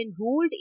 enrolled